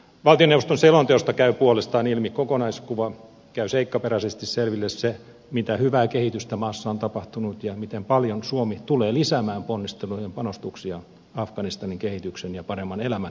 valtioneuvoston selonteosta käy puolestaan ilmi kokonaiskuva käy seikkaperäisesti selville se mitä hyvää kehitystä maassa on tapahtunut ja miten paljon suomi tulee lisäämään ponnistelujaan ja panostuksiaan afganistanin kehityksen ja paremman elämän edistämiseksi